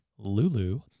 Lulu